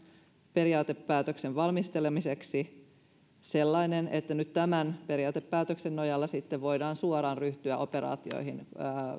periaatepäätöksen valmistelemiseksi sellainen että nyt tämän periaatepäätöksen nojalla voidaan suoraan ryhtyä operaatioihin